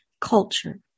culture